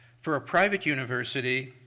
for a private university,